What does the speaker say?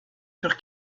furent